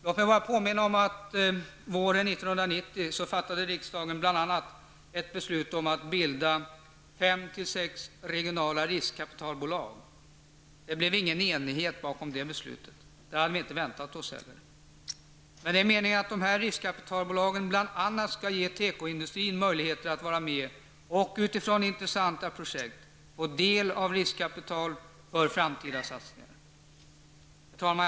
Låt mig bara påminna om att riksdagen våren 1990 bl.a. fattade ett beslut om att bilda fem--sex regionala riskkapitalbolag. Det blev ingen enighet bakom det beslutet. Det hade vi inte väntat oss heller. Men det är meningen att de här riskkapitalbolagen skall ge tekoindustrin möjligheter att vara med och utifrån intressanta projekt få del av riskkapital för framtida satsningar. Herr talman!